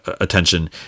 attention